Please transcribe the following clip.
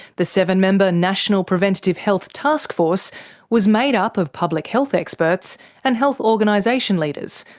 the seven-member national preventative health taskforce was made up of public health experts and health organisation leaders,